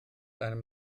einem